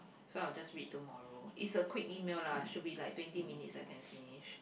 so I'll just read tomorrow is a quick email lah should be like twenty minutes I can finish